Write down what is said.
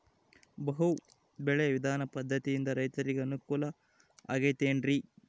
ಬಹು ಬೆಳೆ ವಿಧಾನ ಪದ್ಧತಿಯಿಂದ ರೈತರಿಗೆ ಅನುಕೂಲ ಆಗತೈತೇನ್ರಿ?